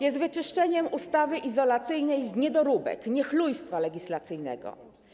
Jest wyczyszczeniem ustawy izolacyjnej z niedoróbek, niechlujstwa legislacyjnego.